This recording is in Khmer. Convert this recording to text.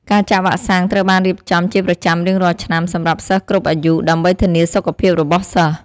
ការចាក់វ៉ាក់សាំងត្រូវបានរៀបចំជាប្រចាំរៀងរាល់ឆ្នាំ សម្រាប់សិស្សគ្រប់អាយុ ដើម្បីធានាសុខភាពរបស់សិស្ស។